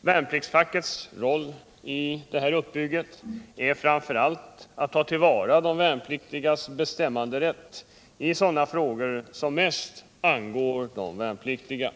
Värnpliktsfackens roll i detta uppbyggnadsarbete är framför allt att ta till vara de värnpliktigas bestämmanderätt i sådana frågor som mest angår de värnpliktiga.